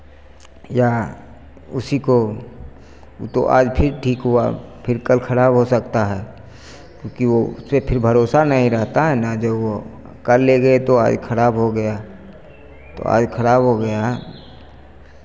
या उसी को वह तो आज फिर ठीक हुआ फिर कल खराब हो सकता है क्योंकि वह उसपर फिर भरोसा नहीं रहता है न जो वह कल ले गए तो आज खराब हो गया तो आज खराब हो गया है